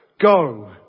go